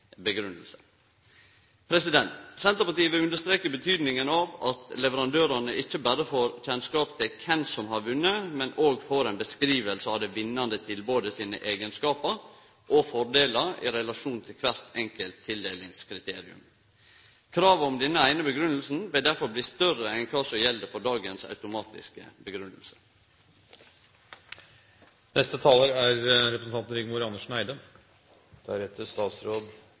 grunngjeving. Senterpartiet vil understreke betydinga av at leverandørane ikkje berre får kjennskap til kven som har vunne, men òg får ei beskriving av det vinnande tilbodet sine eigenskapar og fordelar i relasjon til kvart enkelt tildelingskriterium. Krava til denne eine grunngjevinga vil derfor bli større enn kva som gjeld for dagens automatiske grunngjeving. Offentlig sektor kjøper inn varer og tjenester for nesten 400 mrd. kr i året. Det er